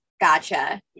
Gotcha